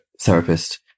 therapist